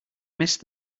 missed